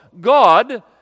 God